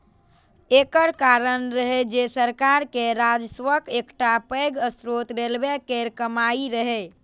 एकर कारण रहै जे सरकार के राजस्वक एकटा पैघ स्रोत रेलवे केर कमाइ रहै